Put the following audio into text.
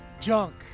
junk